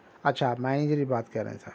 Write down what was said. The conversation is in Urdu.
اچھا منیجر ہی بات کر رہا تھا